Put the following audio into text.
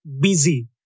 busy